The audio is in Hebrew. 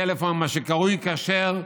בטלפון שקרוי "כשר",